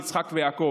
יצחק ויעקב.